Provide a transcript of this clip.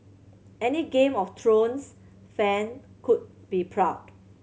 any Game of Thrones fan would be proud